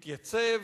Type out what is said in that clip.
התייצב,